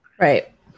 Right